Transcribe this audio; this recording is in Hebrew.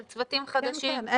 של צוותים חדשים.